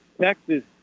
Texas